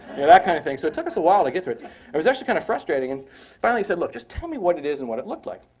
yeah that kind of thing. so it took us a while to get to it. it was actually kind of frustrating. and finally he said, look, just tell me what it is and what it looked like.